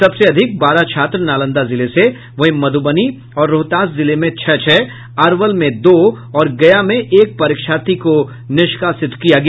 सबसे अधिक बारह छात्र नालंदा जिले से वहीं मध्रबनी और रोहतास जिले में छह छह अरवल में दो और गया में एक परीक्षार्थी को निष्कासित किया गया